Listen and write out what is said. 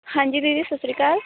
ਹਾਂਜੀ ਦੀਦੀ ਸਤਿ ਸ਼੍ਰੀ ਅਕਾਲ